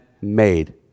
made